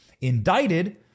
indicted